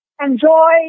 Enjoy